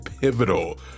pivotal